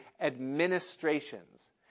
administrations